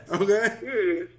Okay